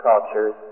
cultures